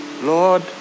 Lord